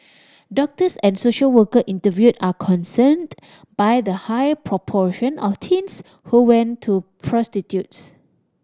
doctors and social worker interviewed are concerned by the high proportion of teens who went to prostitutes